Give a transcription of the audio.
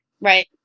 Right